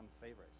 favorites